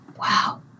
wow